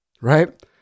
right